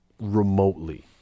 remotely